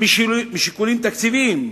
שזה משיקולים תקציביים.